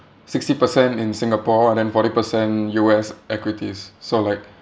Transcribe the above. sixty percent in singapore and then forty percent U_S equities so like